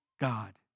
God